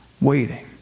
Waiting